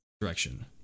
direction